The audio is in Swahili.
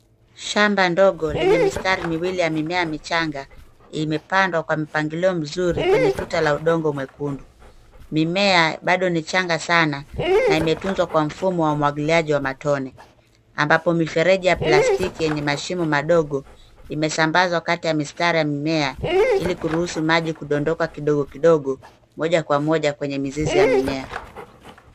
Shamba ndogo lenye mistari miwili ya mimea michanga imepandwa kwa mpangilio mzuri kwenye tuta la udongo mwekundu. Mimea bado ni changa sana na imetunzwa kwa mfumo wa umwagiliaji wa matone. Ambapo mifereji ya plastiki yenye mashimo madogo imesambazwa kati ya mistari ya mimea ili kuruhusu maji kudondoka kidogo kidogo moja kwa moja kwenye mizizi ya mimea.